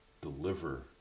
deliver